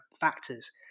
factors